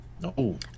No